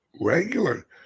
regular